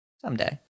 someday